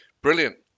Brilliant